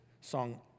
song